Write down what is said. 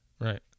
right